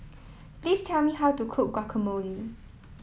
please tell me how to cook Guacamole